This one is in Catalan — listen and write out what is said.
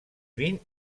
vint